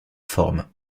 forme